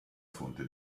fonte